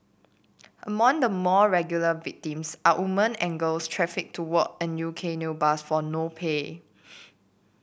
among the more regular victims are women and girls trafficked to work in U K nail bars for no pay